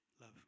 love